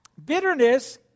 Bitterness